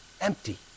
Empty